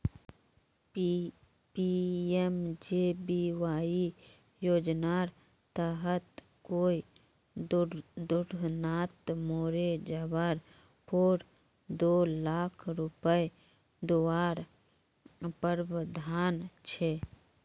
PMJBY योज्नार तहत कोए दुर्घत्नात मोरे जवार पोर दो लाख रुपये दुआर प्रावधान छे